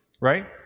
right